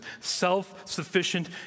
self-sufficient